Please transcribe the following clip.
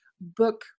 book